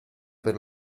per